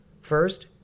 first